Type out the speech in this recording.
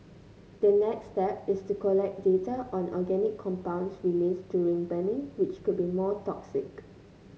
the next step is to collect data on organic compounds released during burning which could be more toxic